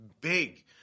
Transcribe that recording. big